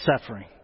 suffering